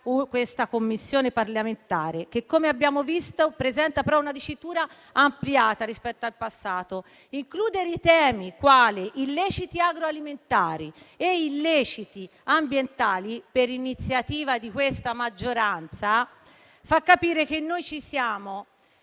la Commissione parlamentare che - come abbiamo visto - presenta però una dicitura ampliata rispetto a quella del passato. Includere temi quali gli illeciti agroalimentari e gli illeciti ambientali, per iniziativa della maggioranza, fa capire che noi ci siamo